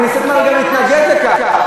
אתם ניסיתם גם להתנגד לכך.